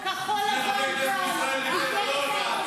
זה לא משנה.